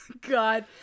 God